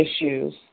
issues